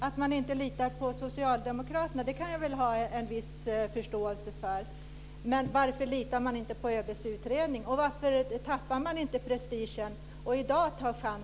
Att man inte litar på socialdemokraterna kan jag ha en viss förståelse för, men varför litar man inte på ÖB:s utredning? Varför släpper man inte prestigen och tar chansen i dag?